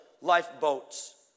lifeboats